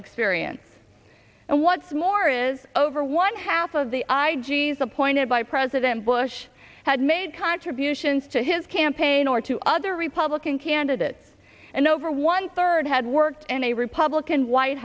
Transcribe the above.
experience and what's more is over one half of the i g's appointed by president bush had made contributions to his campaign or to other republican candidates and over one third had worked in a republican white